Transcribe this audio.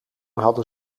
hadden